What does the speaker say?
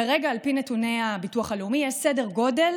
כרגע, על פי נתוני הביטוח הלאומי, יש סדר גודל